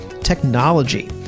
technology